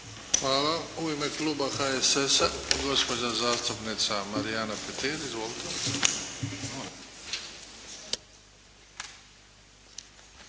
Hvala. U ime kluba HSS-a, gospođa zastupnica Marijana Petir. Izvolite.